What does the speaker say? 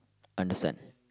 understand